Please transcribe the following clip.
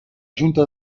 junta